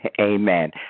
amen